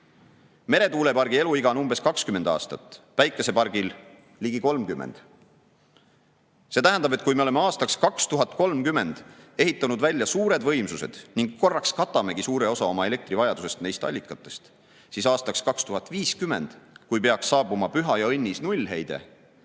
Meretuulepargi eluiga on umbes 20 aastat, päikesepargil ligi 30. See tähendab, et kui me oleme aastaks 2030 ehitanud välja suured võimsused ning korraks katamegi suure osa oma elektrivajadusest neist allikatest, siis aastaks 2050, kui peaks saabuma püha ja õnnis nullheide,